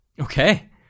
okay